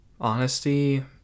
honesty